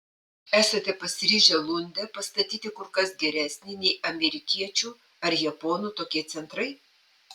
esate pasiryžę lunde pastatyti kur kas geresnį nei amerikiečių ar japonų tokie centrai